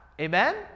amen